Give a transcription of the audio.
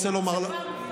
הצבא מוכן?